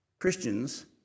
Christians